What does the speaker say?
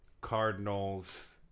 Cardinals